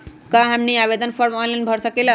क्या हमनी आवेदन फॉर्म ऑनलाइन भर सकेला?